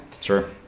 Sure